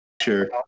Sure